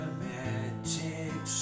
magic